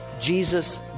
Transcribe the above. Jesus